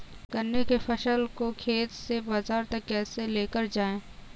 गन्ने की फसल को खेत से बाजार तक कैसे लेकर जाएँ?